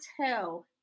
tell